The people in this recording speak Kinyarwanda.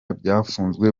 byafunzwe